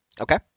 Okay